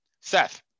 Seth